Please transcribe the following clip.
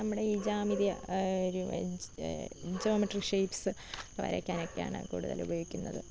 നമ്മുടെ ഈ ജാമിതീയ ജോമെട്രി ഷേപ്സ് ഒക്കെ വരയ്ക്കാൻ ഒക്കെയാണ് കൂടുതലും ഉപയോഗിക്കുന്നത്